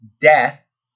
death